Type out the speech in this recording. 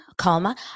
calma